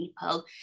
people